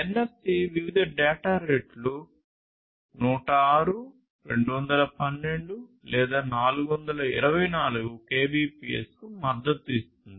NFC వివిధ data రేట్లు 106 212 లేదా 424 కెబిపిఎస్కు మద్దతు ఇస్తుంది